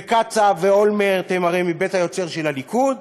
וקצב ואולמרט הם הרי מבית היוצר של הליכוד.